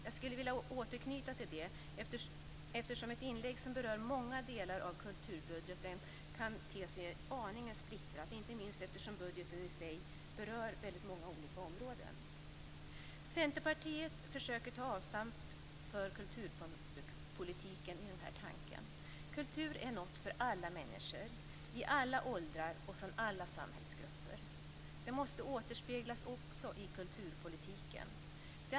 Jag skulle vilja återknyta till det, eftersom ett inlägg som berör många delar av kulturbudgeten kan te sig aningen splittrat - inte minst eftersom budgeten i sig berör väldigt många olika områden. Centerpartiet försöker ta avstamp i denna tanke när det gäller kulturpolitiken. Kultur är något för alla människor i alla åldrar och från alla samhällsgrupper. Det måste återspeglas också i kulturpolitiken.